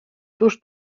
cóż